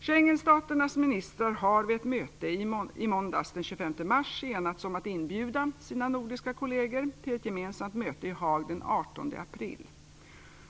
Schengenstaternas ministrar har vid ett möte i måndags den 25 mars enats om att inbjuda sina nordiska kolleger till ett gemensamt möte i Haag den 18 april.